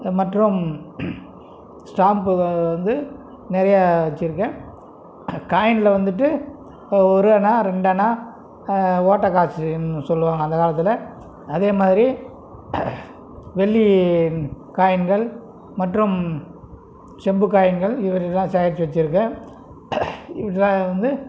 மற்றும் ஸ்டாம்ப்பு வந்து நிறையா வச்சுருக்கேன் காயினில் வந்துட்டு ஒரண்ணா ரெண்டணா ஓட்டைக்காசுன்னு சொல்லுவாங்க அந்த காலத்தில் அதே மாதிரி வெள்ளி காயின்கள் மற்றும் செம்பு காயின்கள் இது எல்லாம் சேகரித்து வச்சுருக்கேன் இதை வந்து